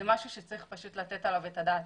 זה משהו שצריך לתת עליו את הדעת.